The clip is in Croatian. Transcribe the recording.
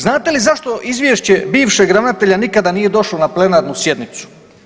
Znate li zašto izvješće bivšeg ravnatelja nikada nije došlo na plenarnu sjednicu?